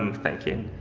um thank you?